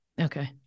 Okay